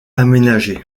aménagé